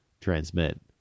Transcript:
transmit